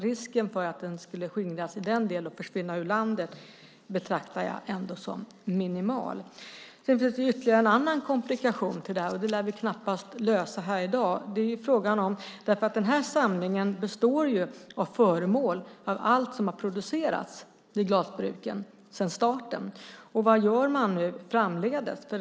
Risken för att den skulle skingras i den delen och försvinna ur landet betraktar jag ändå som minimal. Sedan finns det ytterligare en komplikation, och den lär vi knappast lösa i dag. Samlingen består av föremål av allt som har producerats vid glasbruken sedan starten. Vad gör man framdeles?